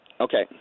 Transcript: Okay